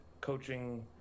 Coaching